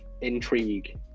intrigue